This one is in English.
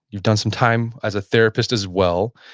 you've done some time as a therapist as well.